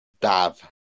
Dav